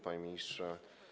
Panie Ministrze!